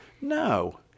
No